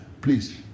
please